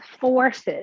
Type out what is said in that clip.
forces